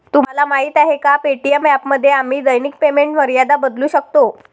तुम्हाला माहीत आहे का पे.टी.एम ॲपमध्ये आम्ही दैनिक पेमेंट मर्यादा बदलू शकतो?